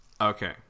Okay